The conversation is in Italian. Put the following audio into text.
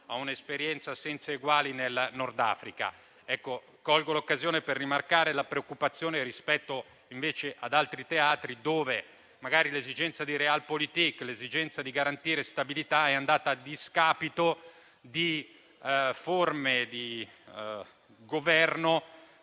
a un'esperienza senza eguali nel Nord Africa. Colgo l'occasione per rimarcare la preoccupazione invece rispetto ad altri teatri, dove magari l'esigenza di *Realpolitik* e di garantire la stabilità è andata verso forme di Governo